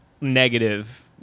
negative